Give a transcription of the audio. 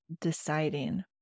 deciding